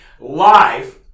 live